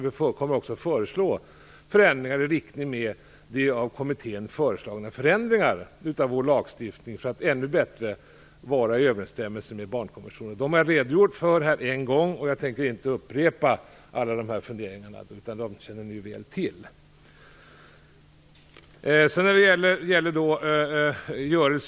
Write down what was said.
Vi kommer också att föreslå förändringar i enlighet med de av kommittén föreslagna förändringarna av vår lagstiftning för att den ännu bättre skall vara i överensstämmelse med barnkonventionen. De funderingarna har jag redogjort för här en gång, och jag tänker inte upprepa dem. De känner ni ju väl till.